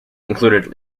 included